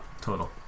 Total